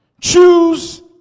Choose